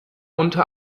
unter